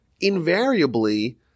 invariably